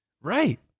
Right